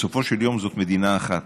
בסופו של יום זאת מדינה אחת.